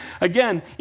Again